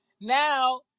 Now